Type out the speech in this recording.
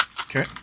Okay